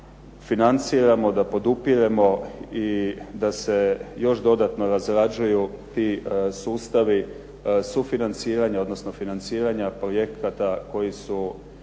da podupiremo i da se još dodatno razrađuju ti sustavi sufinanciranja odnosno financiranja projekata koji će